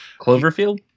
Cloverfield